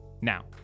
Now